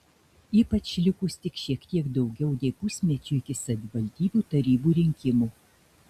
ypač likus tik šiek tiek daugiau nei pusmečiui iki savivaldybių tarybų rinkimų